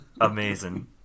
Amazing